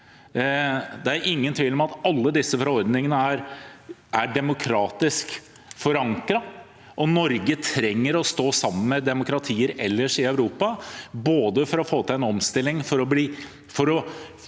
det er ingen tvil om at alle disse forordningene er demokratisk forankret. Norge trenger å stå sammen med demokratier ellers i Europa både for å få til en omstilling